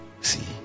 See